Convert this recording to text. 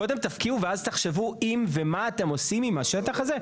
קודם תפקיעו ואז תחשבו אם ומה אתם עושים עם השטח הזה?